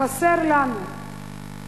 חסר לנו האומץ.